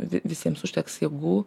visiems užteks jėgų